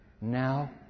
now